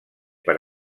per